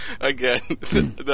Again